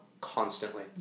constantly